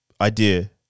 idea